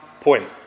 point